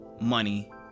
money